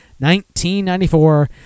1994